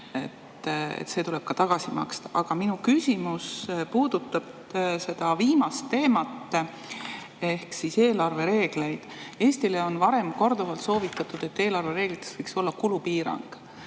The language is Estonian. et see tuleb ka tagasi maksta. Aga minu küsimus puudutab seda viimast teemat ehk eelarvereegleid. Eestile on varem korduvalt soovitatud, et eelarvereeglites võiks olla kulupiirang.